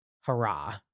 hurrah